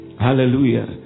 hallelujah